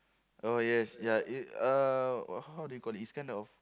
oh yes ya it uh how do you call it it's kind of